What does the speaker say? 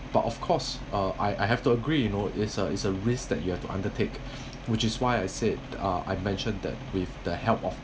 but of course uh I have to agree you know is a is a risk that you have to undertake which is why I said uh I mentioned that with the help of